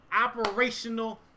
operational